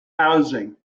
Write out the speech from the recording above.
housing